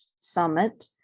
summit